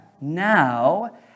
now